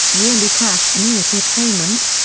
yearly cash annuity payments,